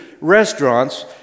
restaurants